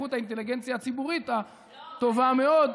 בזכות האינטליגנציה הציבורית הטובה מאוד,